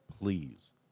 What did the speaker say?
please